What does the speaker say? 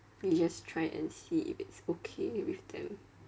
we just try and see if it's okay with them